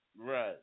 Right